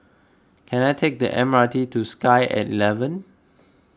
can I take the M R T to Sky eleven